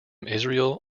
israel